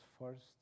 first